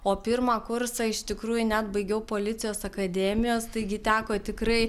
o pirmą kursą iš tikrųjų net baigiau policijos akademijos taigi teko tikrai